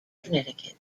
connecticut